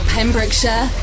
Pembrokeshire